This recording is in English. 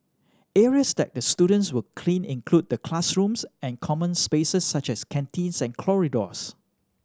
areas that the students will clean include the classrooms and common spaces such as canteens and corridors